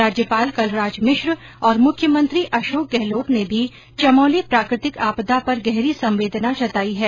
राज्यपाल कलराज मिश्र और मुख्यमंत्री अशोक गहलोत ने भी चमोली प्राकृतिक आपदा पर गहरी संवेदना जताई है